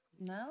No